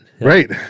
Right